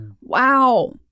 Wow